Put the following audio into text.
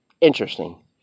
interesting